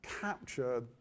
capture